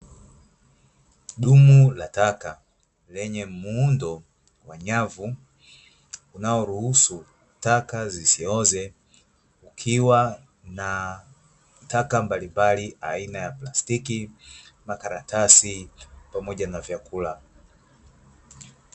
Dumu la taka lenye muundo wa nyavu, unaoruhusu taka zisioze ukiwa na taka mbalimbali aina ya plastiki, makaratasi, pamoja na vyakula.